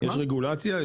יש רגולציה?